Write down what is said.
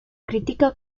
critica